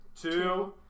two